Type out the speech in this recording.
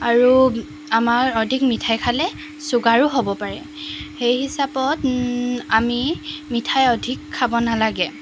আৰু আমাৰ অধিক মিঠাই খালে ছুগাৰো হ'ব পাৰে সেই হিচাপত আমি মিঠাই অধিক খাব নালাগে